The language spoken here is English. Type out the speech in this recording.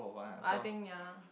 I think ya